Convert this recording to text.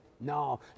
No